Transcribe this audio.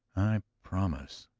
i promise,